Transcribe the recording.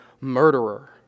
murderer